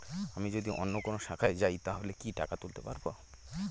আমি যদি অন্য কোনো শাখায় যাই তাহলে কি টাকা তুলতে পারব?